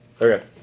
Okay